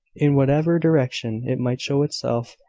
in whatever direction it might show itself.